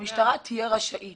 שהמשטרה תהיה רשאית